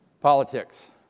Politics